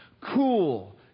cool